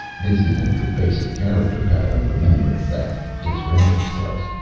this isn't your basic character-pattern, remember, as disraeli's was.